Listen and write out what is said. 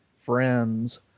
Friends